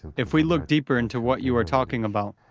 if we look deeper into what you are talking about,